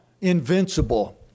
invincible